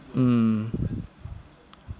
mm